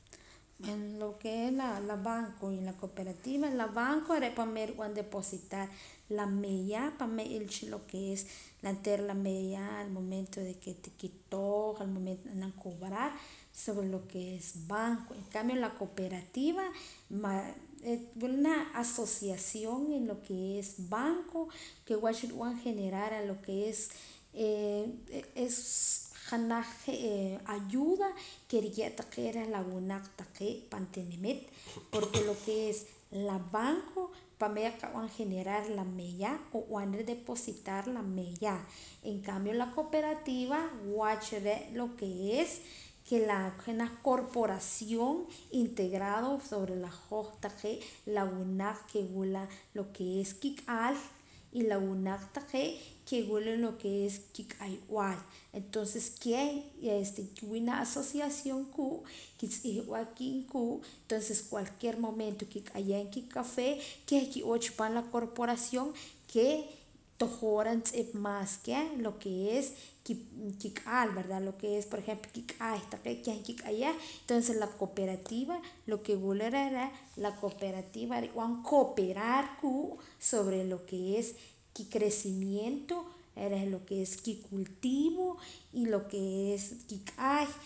En lo que es la banco y la cooperativa la banco re' pa mero na b'an depositar la meeya pa me n'ila cha lo que es oontera la meeya al momento reh ti kitoj al momento na naam cobrar en lo que es banco en cambio la cooperativa wila janaj asociación que es banco que wach rib'an generar lo que es janaj je' ayuda riye' taqee' keh la winaq taqee' pan tinimit por lo que es la banco pa' meer nqab'an generar la meeya o b'anra depositar la meeya en cambio la cooperativa wach re' lo que es je' naj corporación integrado sobre la hoj taqee' la winaq que wula lo que es kik'al y la winaq taqee' wula lo que es kik'ayb'al entonces keh kiwii' janaj asociación ku' kitz'ihb'a qiib' ku' tonces cualquier momento kik'ayah kikapee keh ki'oo chi paam la corporación que tojoraa juntz'ip más keh lo que es kik'al verda lo que es por ejemplo kik'ay taqee' keh nkik'ayah la cooperativa lo que wula reh reh rib'an cooperar ruu' sobre lo que es kicrecimiento que es kicultivo y lo que es kik'ay